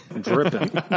dripping